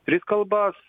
tris kalbas